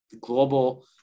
global